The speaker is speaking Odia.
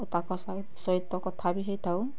ଓ ତାଙ୍କ ସହିତ କଥା ବି ହେଇଥାଉ